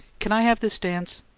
c'n i have this dance?